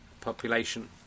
population